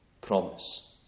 promise